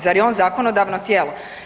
Zar je on zakonodavno tijelo.